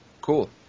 cool